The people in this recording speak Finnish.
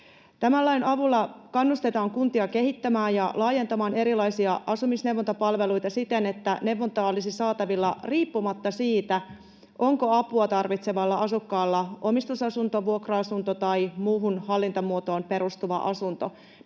Tämän lain avulla kannustetaan kuntia kehittämään ja laajentamaan erilaisia asumisneuvontapalveluita siten, että neuvontaa olisi saatavilla riippumatta siitä, onko apua tarvitsevalla asukkaalla omistusasunto, vuokra-asunto vai muuhun hallintamuotoon perustuva asunto.